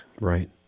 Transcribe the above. Right